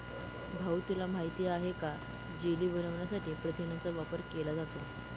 भाऊ तुला माहित आहे का जेली बनवण्यासाठी प्रथिनांचा वापर केला जातो